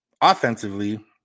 offensively